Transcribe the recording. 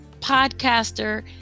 podcaster